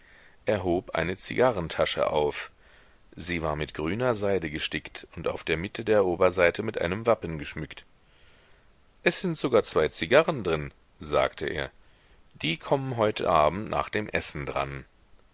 hob eine zigarrentasche auf sie war mit grüner seide gestickt und auf der mitte der oberseite mit einem wappen geschmückt es sind sogar zwei zigarren drin sagte er die kommen heute abend nach dem essen dran